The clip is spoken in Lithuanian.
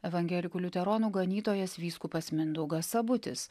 evangelikų liuteronų ganytojas vyskupas mindaugas sabutis